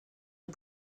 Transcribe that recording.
est